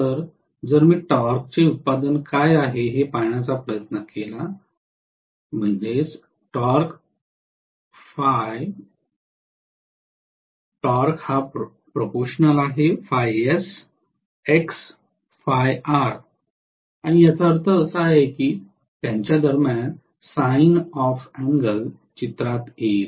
तर जर मी टॉर्कचे उत्पादन काय आहे हे पाहण्याचा प्रयत्न केला आणि याचा अर्थ असा की त्यांच्या दरम्यान साइन ऑफ एंगल चित्रात येईल